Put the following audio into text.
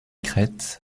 crêts